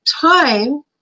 time